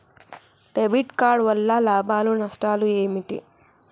Debit card వల్ల లాభాలు నష్టాలు ఏమిటి?